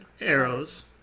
arrows